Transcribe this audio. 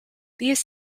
these